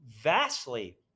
vastly